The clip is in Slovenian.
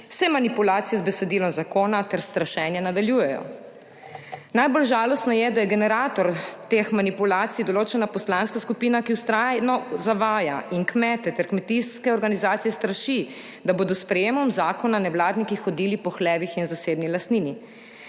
se manipulacije z besedilom zakona ter strašenje nadaljujejo. Najbolj žalostno je, da je generator teh manipulacij določena poslanska skupina, ki vztrajno zavaja in kmete ter kmetijske organizacije straši, da bodo s sprejetjem zakona nevladniki hodili po hlevih in zasebni lastnini.